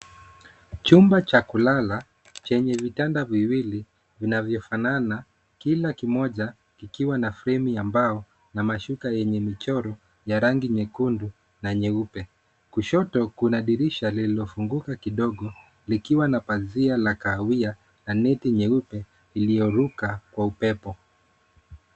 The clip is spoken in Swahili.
Chumba cha kulala chenye vitanda viwili vinavyofanana, kila kimoja kikiwa na fremu ya mbao, na shuka yenye michoro ya rangi nyekundu na nyeupe. Kushoto, kuna dirisha lililofunguka kidogo, likiwa na pazia la kahawia na neti nyeupe, iliyoruka kwa upepo.